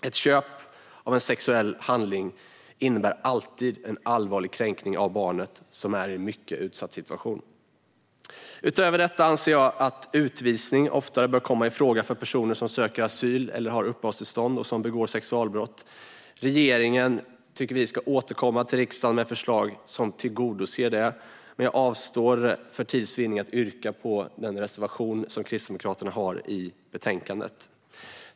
Ett köp av en sexuell handling innebär alltid en allvarlig kränkning av barnet, som är i en mycket utsatt situation. Utöver detta anser jag att utvisning oftare bör komma i fråga för personer som söker asyl eller har uppehållstillstånd och som begår sexualbrott. Vi tycker att regeringen ska återkomma till riksdagen med förslag som tillgodoser det. Men jag avstår för tids vinnande från att yrka bifall till den reservation som Kristdemokraterna har i betänkandet.